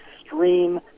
extreme